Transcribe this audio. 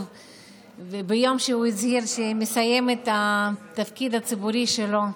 ביום שהוא הצהיר שמסיים את התפקיד הציבורי שלו.